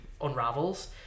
unravels